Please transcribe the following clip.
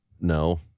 No